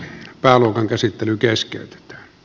pääluokan käsittely keskeytetään